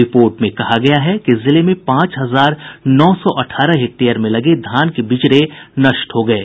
report में कहा गया है कि जिले में पांच हजार नौ सौ अठारह हेक्टेयर में लगे धान के बिचड़े नष्ट हो गये